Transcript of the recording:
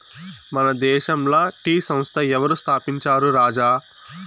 మన దేశంల టీ సంస్థ ఎవరు స్థాపించారు రాజా